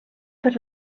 per